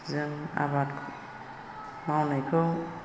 जों आबाद मावनायखौ